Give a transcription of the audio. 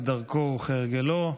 כדרכו וכהרגלו.